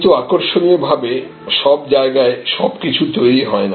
কিন্তু আকর্ষণীয়ভাবে সব জায়গায় সবকিছু তৈরি হয়না